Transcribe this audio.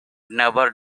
never